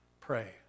Pray